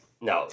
No